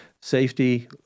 safety